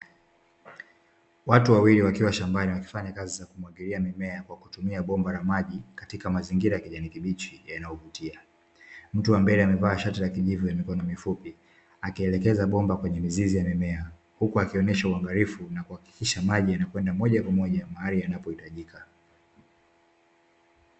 watu wawili wakiwa shamba wakifanya kazi ya kumwagilia mimea kwa kutumia bomba la maji katika mazingira ya kijani kibichi yanayovutia, mtu ambae anavaa shati la kijivu la mikono mifupi akielekeza bomba kwenye mizizi ya mimea huku akionyesha uangalifu na kuhakisha maji yanakwenda moja kwa moja mahali yanapohitajika .